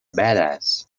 badass